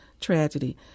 tragedy